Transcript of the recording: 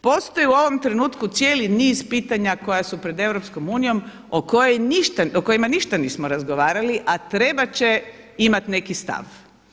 Postoji u ovom trenutku cijeli niz pitanja koja su pred EU o kojima ništa nismo razgovarali a trebat će imati neki stav.